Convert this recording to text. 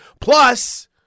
plus